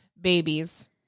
Babies